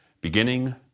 beginning